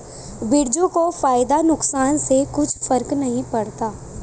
बिरजू को फायदा नुकसान से कुछ फर्क नहीं पड़ता